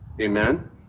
Amen